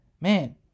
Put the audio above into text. man